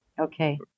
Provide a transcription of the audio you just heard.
Okay